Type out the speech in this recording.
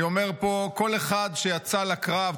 אני אומר פה: כל אחד שיצא לקרב,